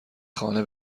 خانه